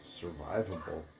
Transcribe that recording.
survivable